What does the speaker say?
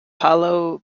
paolo